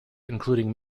including